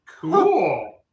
Cool